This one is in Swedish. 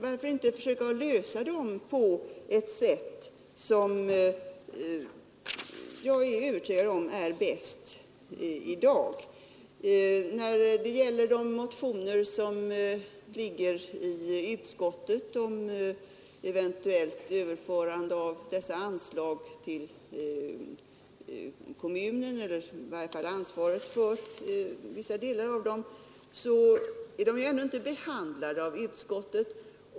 Varför inte försöka lösa dem på det sätt som jag är övertygad om är bäst i dag? De motioner om eventuellt överförande av detta anslag till kommunen, eller i varje fall ansvaret för vissa delar, är ännu inte behandlade av utskottet.